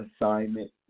assignment